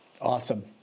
Awesome